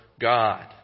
God